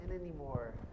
anymore